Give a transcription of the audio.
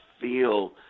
feel